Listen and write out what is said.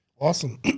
awesome